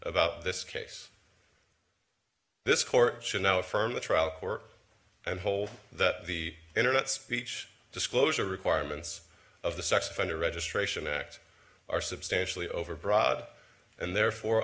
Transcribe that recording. about this case this court should now affirm the trial court and hold that the internet speech disclosure requirements of the sex offender registration act are substantially over broad and therefore